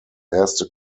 erste